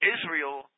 Israel